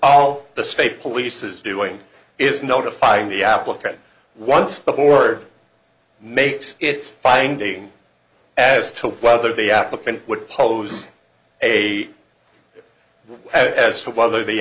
all the state police is doing is notifying the applicant once the board makes its finding as to whether the applicant would pose a as to whether the